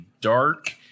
dark